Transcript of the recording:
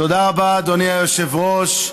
תודה רבה, אדוני היושב-ראש.